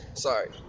Sorry